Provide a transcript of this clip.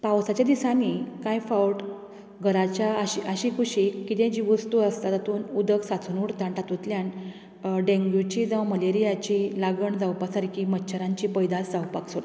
पावसांच्या दिसांनी कांय फावट घराच्या आशी आशी कुशीक कितें जी वस्तू आसता तातूंत उदक सांचून उरता आनी तातूंतल्यान डेंग्युचीं जावं मलेरियाचीं लागण जावपा सारकी मच्छरांची पैदास जावपाक सोदता